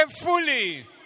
fully